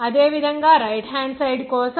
అదేవిధంగా right hand side కోసం